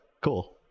cool